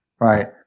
Right